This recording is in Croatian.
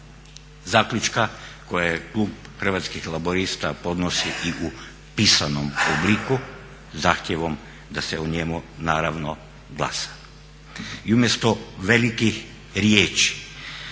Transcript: zaključka koje je klub Hrvatskih laburista podnosi i u pisanom obliku zahtjevom da se o njemu naravno glasa. I umjesto velikih riječi,